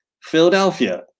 Philadelphia